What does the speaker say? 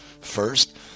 First